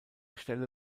stelle